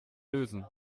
lösen